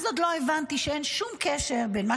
אז עוד לא הבנתי שאין שום קשר בין מה